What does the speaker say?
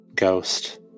ghost